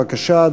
בבקשה,